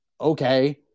Okay